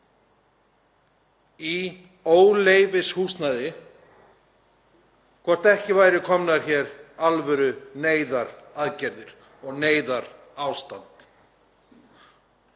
í óleyfishúsnæði, væru ekki komnar hér alvöruneyðaraðgerðir og neyðarástand?